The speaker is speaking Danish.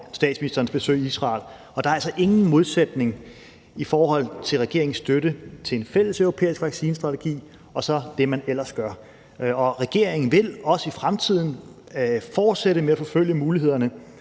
statsministerens besøg i Israel. Og der er altså ingen modsætning mellem regeringens støtte til en fælleseuropæisk vaccinestrategi og så det, man ellers gør. Regeringen vil også i fremtiden fortsætte med at forfølge mulighederne